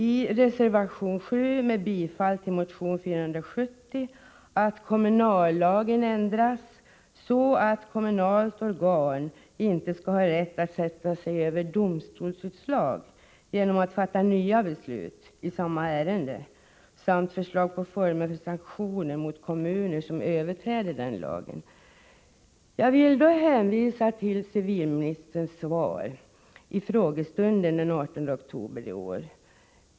I reservation 7 hemställs om bifall till motion 470, där det krävs att kommunallagen skall ändras, så att kommunalt organ inte skall ha rätt att sätta sig över domstolsutslag genom att fatta nya beslut i samma ärende. I motionen krävs vidare att regeringen skall lägga fram förslag till sanktioner mot kommuner som överträder den lagen. Jag vill i det sammanhanget hänvisa till civilministerns svar under en frågedebatt den 18 oktober i år.